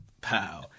pow